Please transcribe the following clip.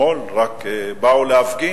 שרק אתמול באו להפגין,